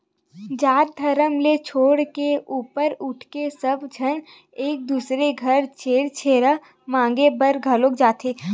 जात धरम ल छोड़ के ऊपर उठके सब झन एक दूसर घर छेरछेरा मागे बर घलोक जाथे